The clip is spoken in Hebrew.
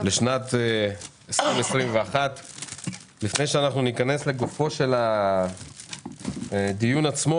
לשנת 2021. לפני שאנחנו ניכנס לגופו של הדיון עצמו,